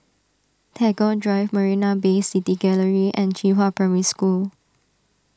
Tagore Drive Marina Bay City Gallery and Qihua Primary School